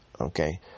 Okay